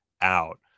out